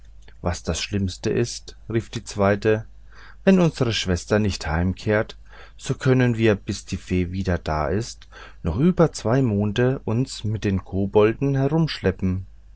was das schlimmste ist rief die zweite wenn unsre schwester nicht heimkehrt so können wir bis die fee wieder da ist noch über zwei monden uns mit den kobolden herumschleppen